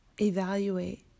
evaluate